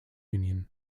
union